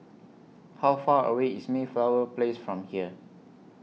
How Far away IS Mayflower Place from here